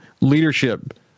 leadership